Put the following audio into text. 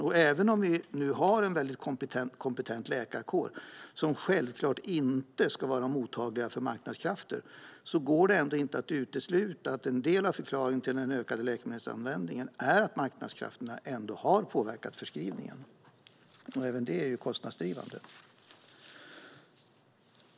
Och trots att vi har en kompetent läkarkår, som självklart inte ska vara mottaglig för marknadskrafter, går det inte att utesluta att en del av förklaringen till den ökade läkemedelsanvändningen är att marknadskrafterna ändå har påverkat förskrivningen. Även det är kostnadsdrivande.